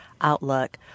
outlook